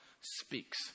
speaks